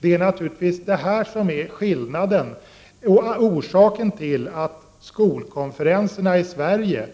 Det är naturligtvis det som är orsaken till att skolkonferenserna i Sverige